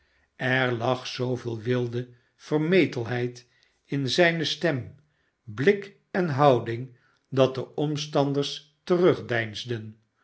er lag zooveel wilde vermetelheid in zijne stem blik en houding dat de omstanders